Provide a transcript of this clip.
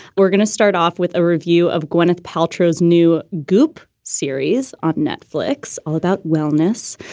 we're gonna start off with a review of gwyneth paltrow's new goop series on netflix, all about wellness.